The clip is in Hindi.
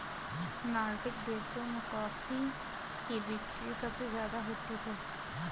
नार्डिक देशों में कॉफी की बिक्री सबसे ज्यादा होती है